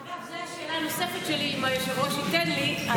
אגב, זו השאלה הנוספת שלי, אם היושב-ראש ייתן לי.